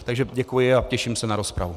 Takže děkuji a těším se na rozpravu.